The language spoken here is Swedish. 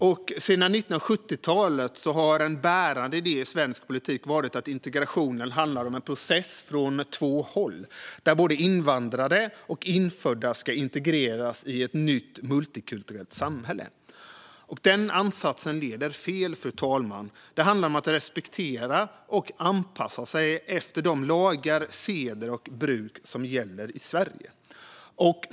Sedan 1970-talet har en bärande idé i svensk politik varit att integration handlar om en process från två håll, där både invandrare och infödda ska integreras i ett nytt, multikulturellt samhälle. Den ansatsen leder fel, fru talman. Det handlar om att respektera och anpassa sig efter de lagar, seder och bruk som gäller i Sverige.